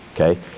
okay